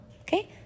okay